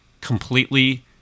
completely